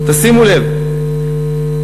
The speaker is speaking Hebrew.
תשימו לב,